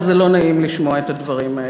שזה לא נעים לשמוע את הדברים,